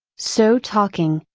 so talking,